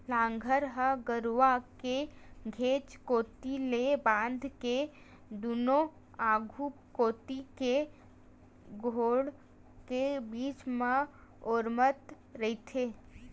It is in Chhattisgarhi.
लांहगर ह गरूवा के घेंच कोती ले बांध के दूनों आघू कोती के गोड़ के बीच म ओरमत रहिथे